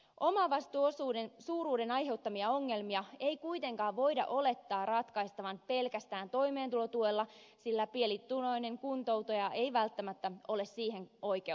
omavastuuosuuden suuruuden aiheuttamia ongelmia ei kuitenkaan voida olettaa ratkaistavan pelkästään toimeentulotuella sillä pienituloinen kuntoutuja ei välttämättä ole siihen oikeutettu